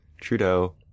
Trudeau